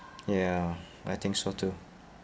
ya I think so too